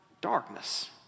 darkness